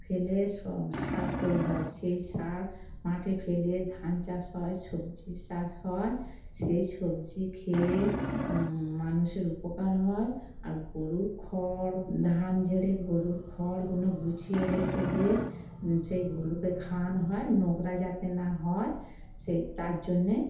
ফেলে স সার তৈরি হয় সেই সার মাঠে ফেলে ধান চাষ হয় সবজি চাষ হয় সেই সবজি খেয়ে মানুষের উপকার হয় আর গরুর খড় ধান ঝেড়ে গরুর খড়গুলো গুছিয়ে রেখে দিয়ে সেই গরুকে খাওয়ানো হয় নোংরা যাতে না হয় সেই তার জন্যে